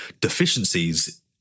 deficiencies